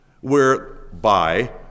whereby